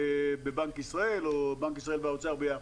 בבנק ישראל, או בנק ישראל והאוצר ביחד.